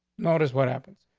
notice what happens.